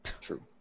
True